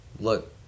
look